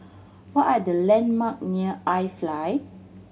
what are the landmark near iFly